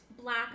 black